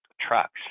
trucks